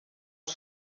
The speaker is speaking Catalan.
els